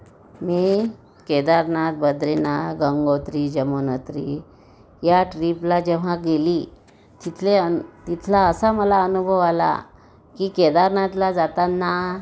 मी केदारनाथ बद्रिनाथ गंंगोत्री जमनोत्री ह्या ट्रीपला जेव्हा गेली तिथल्या अन तिथला असा मला अनुभव आला की केदारनाथला जाताना